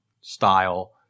style